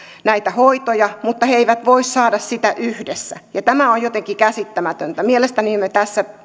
näitä hoitoja mutta he eivät voi saada sitä yhdessä ja tämä on jotenkin käsittämätöntä mielestäni me tässä